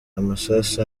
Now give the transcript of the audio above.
amasasu